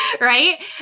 right